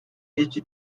his